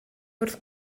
wrth